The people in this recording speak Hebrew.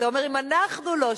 אתה אומר: אם אנחנו לא.